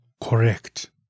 correct